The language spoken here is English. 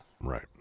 Right